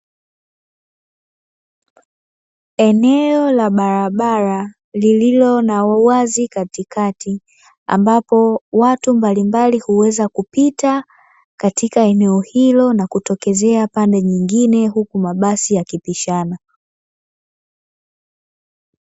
Eneo la barabara lililo na uwazi katikati ambapo watu mbalimbali huweza kupita katika eneo hilo na kutokezea pande nyingine huku mabasi yakipishana.